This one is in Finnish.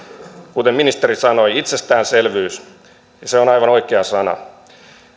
kuten ministeri sanoi itsestäänselvyys se on aivan oikea sana